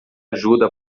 ajuda